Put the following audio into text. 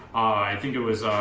i think it was,